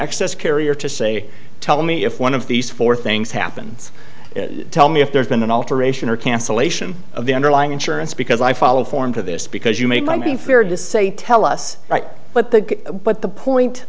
excess carrier to say tell me if one of these four things happens tell me if there's been an alteration or cancellation of the underlying insurance because i follow form to this because you may not be fair to say tell us right but the but the point